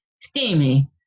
steamy